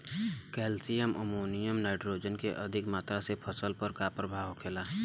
Calcium ammonium nitrate के अधिक मात्रा से फसल पर का प्रभाव होखेला?